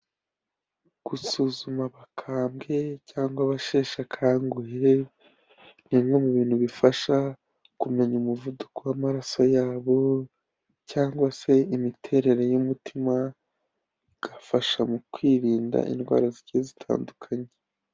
Gusuzuma abakambwe cyangwa abasheshe akanguhe, ni bimwe mu bintu bifasha kumenya umuvuduko w'amaraso yabo, cyangwa se imiterere y'umutima igafasha mu kwirinda indwara zigiye zitandukanye.